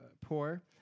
poor